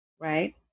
right